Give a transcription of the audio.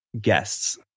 guests